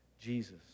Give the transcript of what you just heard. Jesus